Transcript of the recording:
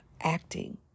acting